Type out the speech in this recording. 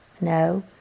No